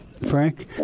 Frank